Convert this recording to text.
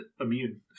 immune